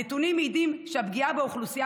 הנתונים מעידים שהפגיעה באוכלוסייה